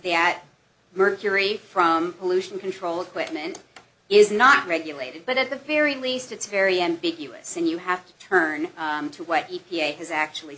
the at mercury from pollution control equipment is not regulated but at the very least it's very ambiguous and you have to turn to what e p a has actually